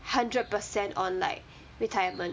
hundred percent on like retirement